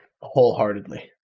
wholeheartedly